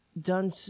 done